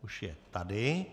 Už je tady.